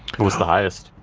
what was the highest?